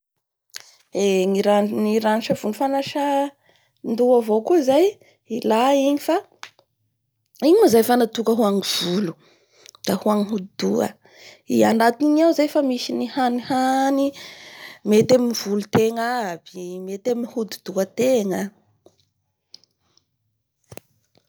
Eee ny ranontsavony fanasan-doha avao koa zay, ilay igny fa, igny moa zay fa natoka ho an'ny volo da ho an'ny hodidoha. I anatin'igny ao zao fa misy ny hanihany mety amin'ny volotegna aby, mety amin'ny hodi-dohategna.